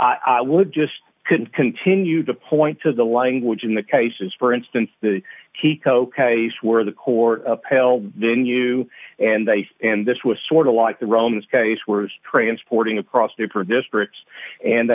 i would just couldn't continue to point to the language in the cases for instance the kiko case where the court upheld then you and they say and this was sort of like the romans case were transporting across there for districts and